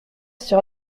sur